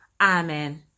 Amen